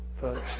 folks